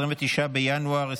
אין מתנגדים, אין נמנעים.